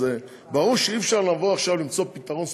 ברור שאי-אפשר לבוא עכשיו למצוא פתרון ספציפי.